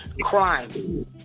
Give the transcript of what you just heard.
crime